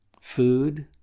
food